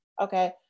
Okay